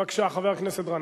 בבקשה, חבר הכנסת גנאים.